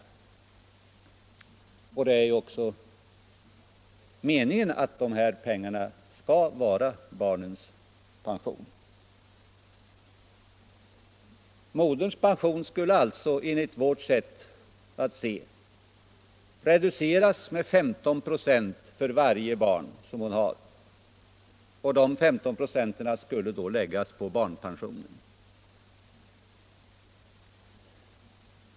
Det är också meningen att dessa pengar skall utgöra barnens pension. Moderns pension skulle alltså, enligt vårt sätt att se, reduceras med 15 96 för varje barn hon har och dessa 15 96 skulle läggas på barnpensionen.